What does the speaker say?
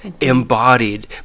embodied